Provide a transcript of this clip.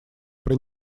при